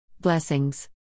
Blessings